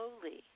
slowly